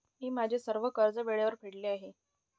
मी माझे सर्व कर्ज वेळेवर फेडले आहे